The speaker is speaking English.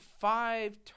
five